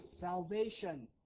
salvation